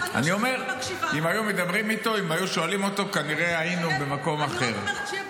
אני רק אומרת, אני עכשיו מקשיבה.